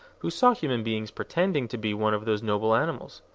who saw human beings pretending to be one of those noble animals.